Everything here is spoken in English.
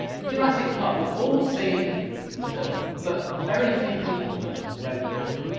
jurassic park, we've all seen the film, but very few people have read the book,